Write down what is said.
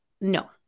no